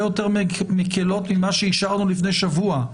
יותר מקלות ממה שאישרנו לפני שבוע.